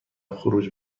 خروج